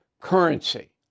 currency